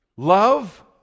love